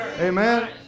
Amen